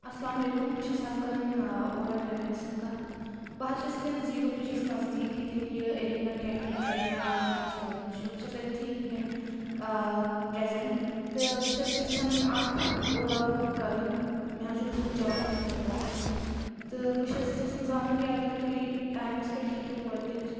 اسلام علیکُم بہٕ چھَس حظ کرَان اولا ڈرایٚوَرَس سۭتۍ کَتھ بہٕ حظ چھَس ییٚتؠن زیٖرو بِرٛجَس نزدیٖک ییٚتؠن یہِ اٮ۪ریٖنا کیٚفے چھُ یا اٮ۪ریٖنا ریٚسٹوٚرنٛٹ چھُ بہٕ چھَس أتِتٕھی وٕنکؠن پرِیٚزیٚنٹ تہٕ بہٕ چَھس یژھَان اَکھ اولا بُک کَرٕنۍ مےٚ حظ چھُ گژھُن جواہَرنَگر تامَتھ تہٕ بہٕ چَھس یژھَان زانُن کہِ اگر تُہۍ ٹایِمَس پؠٹھ ہیٚکِو وٲتِتھ